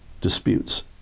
disputes